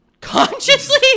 Consciously